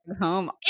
home